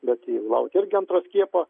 bet laukia irgi antro skiepo